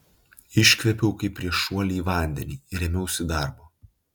iškvėpiau kaip prieš šuolį į vandenį ir ėmiausi darbo